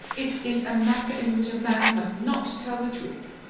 it is a matter in which a man must not tell the truth.